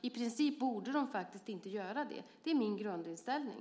I princip borde man faktiskt inte göra det. Det är min grundinställning.